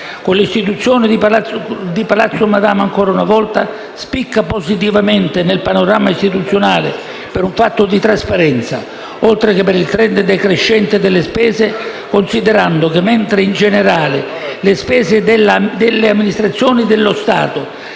l'istituzione di Palazzo Madama, ancora una volta, spicca positivamente nel panorama istituzionale per un fatto di trasparenza, oltre che per il *trend* decrescente delle spese considerando che, mentre in generale le spese delle amministrazioni dello Stato